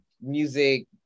music